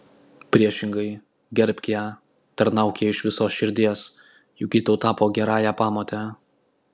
priešingai gerbk ją tarnauk jai iš visos širdies juk ji tau tapo gerąja pamote